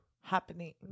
happening